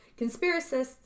conspiracists